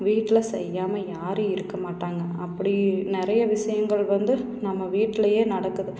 வீட்டில் செய்யாமல் யாரும் இருக்க மாட்டாங்க அப்படி நிறைய விஷயங்கள் வந்து நம்ம வீட்லேயே நடக்குது